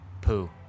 poo